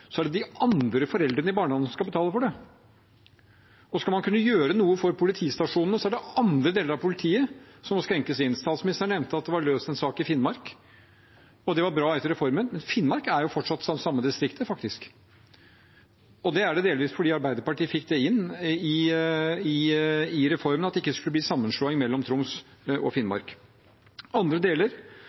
er det de andre foreldrene i barnehagen som skal betale for det. Skal man gjøre noe for politistasjonene, er det andre deler av politiet som må innskrenkes. Statsministeren nevnte at det var løst en sak i Finnmark, og at det var bra etter reformen. Men Finnmark er fortsatt det samme distriktet, faktisk. Det er det delvis fordi Arbeiderpartiet fikk inn i reformen at det ikke skulle bli sammenslåing mellom Troms og Finnmark. Andre deler